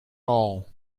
all